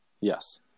Yes